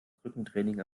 rückentraining